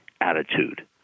attitude